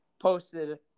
posted